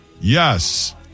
Yes